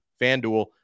FanDuel